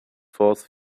force